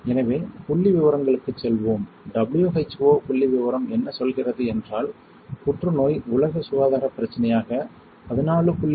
எனவே புள்ளிவிவரங்களுக்குச் செல்வோம் WHO புள்ளிவிபரம் என்ன சொல்கிறது என்றால் புற்றுநோய் உலக சுகாதாரப் பிரச்சினையாக 14